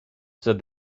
said